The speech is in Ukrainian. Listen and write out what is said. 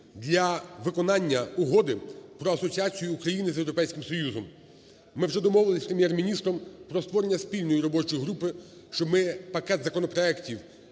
для виконання Угоди про асоціацію України з Європейським Союзом. Ми вже домовились з Прем'єр-міністром про створення спільної робочої групи, що ми пакет законопроектів,